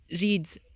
reads